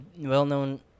well-known